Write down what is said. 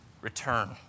return